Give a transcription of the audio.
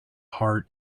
heart